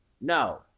No